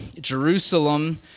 Jerusalem